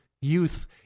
youth